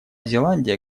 зеландия